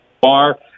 Bar